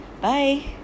Bye